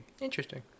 Interesting